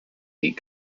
eight